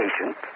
patient